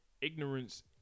Ignorance